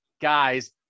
guys